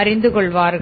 அறிந்து கொள்வார்கள்